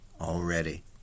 already